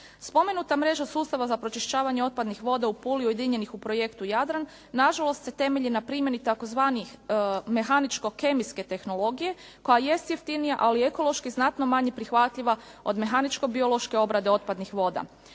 Spomenuta mreža sustava za pročišćavanje otpadnih voda u Puli ujedinjenih u projektu Jadran nažalost se temelji na primjeni tzv. mehaničko-kemijske tehnologije koja jest jeftinija ali ekološki znatno manje prihvatljiva od mehaničko biološke obrade otpadnih voda.